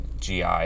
GI